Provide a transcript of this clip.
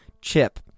Chip